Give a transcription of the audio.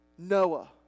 Noah